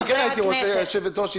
היושבת-ראש,